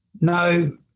no